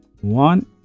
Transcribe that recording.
one